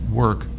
work